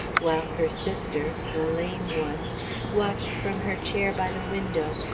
while her sister the lame one watched from her chair by the window,